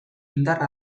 indar